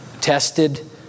Tested